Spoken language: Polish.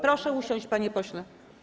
Proszę usiąść, panie pośle.